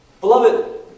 Beloved